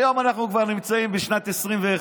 היום אנחנו כבר נמצאים בשנת 2021,